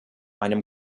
einem